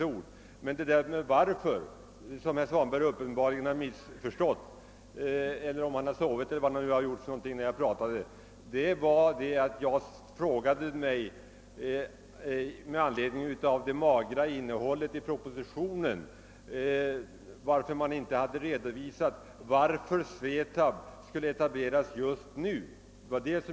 Ordet varför har herr Svanberg uppenbarligen missförstått — om han nu inte satt och sov när jag talade — ty jag använde det ordet när jag talade om det magra innehållet i propositionen. Då frågade jag varför man inte där hade redovisat varför SVETAB skulle etableras just nu.